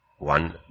One